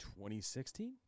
2016